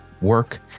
work